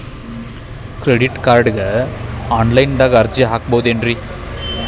Credit ಕಾರ್ಡ್ಗೆ online ದಾಗ ಅರ್ಜಿ ಹಾಕ್ಬಹುದೇನ್ರಿ?